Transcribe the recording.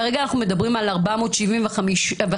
כרגע אנחנו מדברים על 475 בקשות.